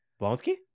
Blonsky